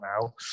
now